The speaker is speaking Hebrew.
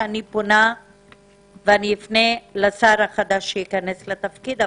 אני אפנה לשר החדש שייכנס לתפקיד,